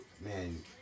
Man